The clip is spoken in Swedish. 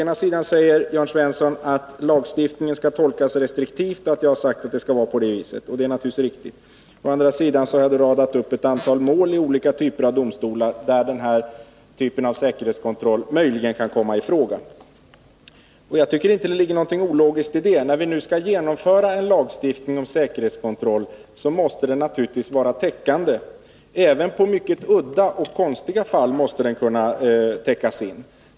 Jörn Svensson säger att jag å ena sidan har sagt att lagstiftningen skall tolkas restriktivt. Detta är naturligtvis riktigt. Å andra sidan har jag radat upp ett antal mål i olika typer av domstolar där denna typ av säkerhetskontroll möjligen kan komma i fråga. 157 Jag tycker inte att det ligger någonting ologiskt i det. När vi nu skall genomföra en lagstiftning om säkerhetskontroll, så måste den naturligtvis vara täckande — även i mycket udda och konstiga fall måste den kunna täckas in.